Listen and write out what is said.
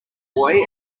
boy